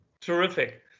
Terrific